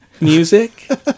music